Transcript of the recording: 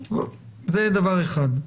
זה דבר אחד.